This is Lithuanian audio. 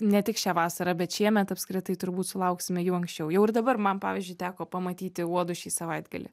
ne tik šią vasarą bet šiemet apskritai turbūt sulauksime jų anksčiau jau ir dabar man pavyzdžiui teko pamatyti uodus šį savaitgalį